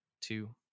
two